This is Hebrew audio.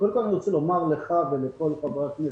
קודם כול, אני רוצה לומר לך ולכל חברי הכנסת,